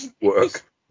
work